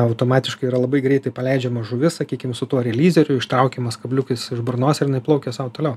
automatiškai yra labai greitai paleidžiama žuvis sakykim su tuo relyzeriu ištraukiamas kabliukas iš burnos ir jinai plaukia sau toliau